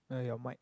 uh your mic